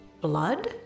Blood